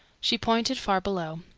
she pointed far below.